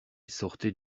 sortait